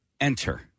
enter